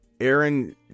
Aaron